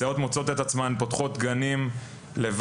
סייעות מוצאות את עצמן פותחות גנים לבד,